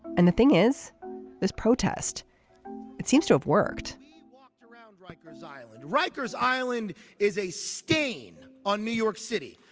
and the thing is this protest it seems to have worked worked around rikers island rikers island is a stain on new york city.